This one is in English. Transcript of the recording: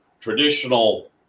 traditional